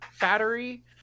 battery